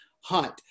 hunt